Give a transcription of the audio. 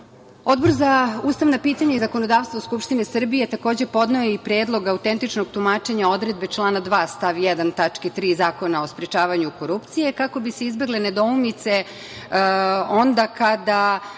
za ustavna pitanja i zakonodavstvo Skupštine Srbije takođe je podneo i Predlog autentičnog tumačenja odredbe člana 2. stav 1. tačke 3) Zakona o sprečavanju korupcije, kako bi se izbegle nedoumice onda kada